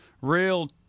real